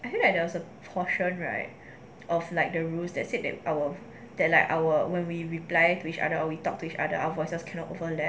I feel like there was a portion right of like the rules that said that our that our when we reply to each other or we talk to each other our voices cannot overlap